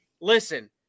listen